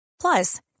Plus